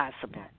possible